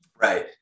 Right